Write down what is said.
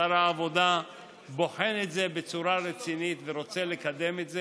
שר העבודה בוחן את זה בצורה רצינית ורוצה לקדם את זה.